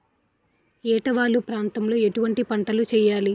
ఏటా వాలు ప్రాంతం లో ఎటువంటి పంటలు వేయాలి?